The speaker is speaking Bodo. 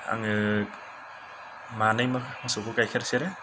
आङो मानै मोसौखौ गाइखेर सेरो